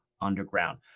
underground